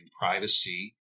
privacy